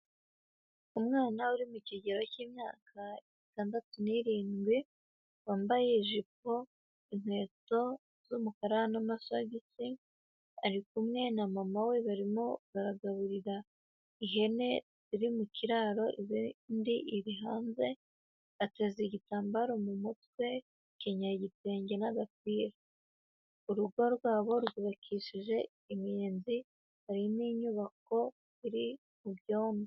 Umwana uri mu kigero cy'imyaka itandatu n'irindwi wambaye ijipo, inkweto z'umukara n'amasogisi; ari kumwe na mama we barimo baragaburira ihene iri mu kiraro indi iri hanze, ateze igitambaro mu mutwe, akenyeye igitenge n'agapira; urugo rwabo rwubakishije imiyenzi harimo inyubako iri mu byondo.